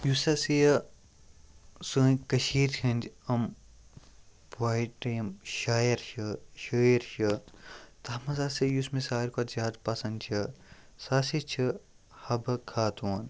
یُس ہَسا یہِ سٲنۍ کٔشیٖر ہٕنٛدۍ یِم پویِٹ یِم شاعر چھِ شٲعر چھِ تَتھ منٛز ہَسا یُس مےٚ ساروی کھۄتہٕ زیادٕ پَسنٛد چھِ سُہ ہَسا چھِ حَبہٕ خاتوٗن